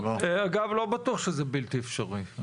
אגב, לא בטוח שזה בלתי אפשרי.